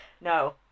No